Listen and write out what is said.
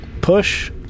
push